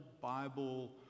Bible